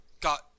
got